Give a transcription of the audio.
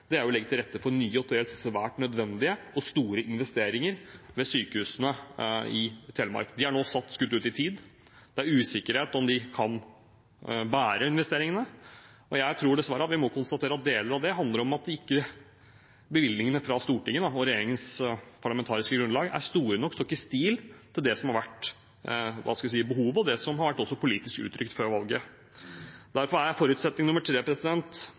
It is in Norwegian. er nå skutt ut i tid, det er usikkerhet om man kan bære investeringene. Jeg tror at vi dessverre må konstatere at deler av dette handler om at bevilgningene fra Stortinget og regjeringens parlamentariske grunnlag ikke er store nok og ikke står i stil med det som har vært behovet, og med det som har vært uttrykt politisk før valget. Derfor er forutsetning nummer tre,